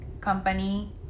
company